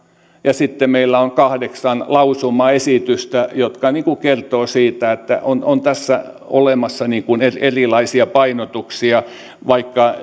ja sitten meillä on kahdeksan lausumaesitystä jotka kertovat siitä että on on tässä olemassa erilaisia painotuksia vaikka